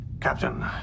Captain